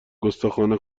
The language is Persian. گستاخانه